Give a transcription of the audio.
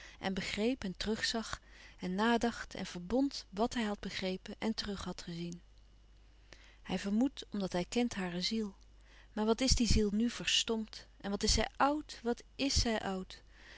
en begreep en terugzag en nadacht en verbond wàt hij had begrepen en terug had gezien hij vermoedt omdat hij kent hare ziel maar wat is die ziel nu verstompt en wat is zij oud wat is zij oud